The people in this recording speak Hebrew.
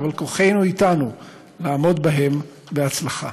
אבל כוחנו אתנו ונעמוד בהם בהצלחה.